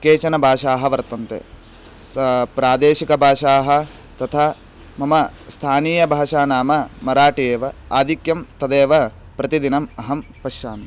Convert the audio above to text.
केचन भाषाः वर्तन्ते स प्रादेशिकभाषाः तथा मम स्थानीयभाषा नाम मराठि एव आधिक्यं तदेव प्रतिदिनम् अहं पश्यामि